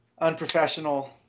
Unprofessional